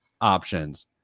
options